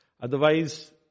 Otherwise